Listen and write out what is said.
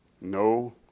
No